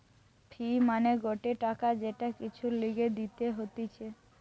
ফি মানে গটে টাকা যেটা কিছুর লিগে দিতে হতিছে